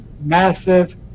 massive